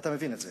אתה מבין את זה.